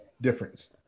Difference